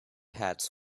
hats